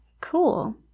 Cool